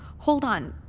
hold on.